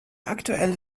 aktuelle